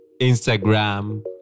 Instagram